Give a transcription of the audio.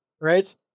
right